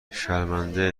شرمنده